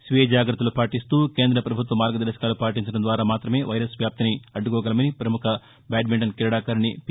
స్వీయ జాగ్రత్తలు పాటిస్తూ కేంద్ర ప్రభుత్వ మార్గదర్శకాలు పాటించడం ద్వారా మాత్రమే వైరస్ వ్యాప్తిని అధ్దుకోగలమని ప్రముఖ బ్యాప్మింటన్ క్రీడాకారిని పి